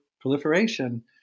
proliferation